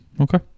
Okay